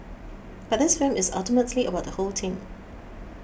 but this film is ultimately about the whole team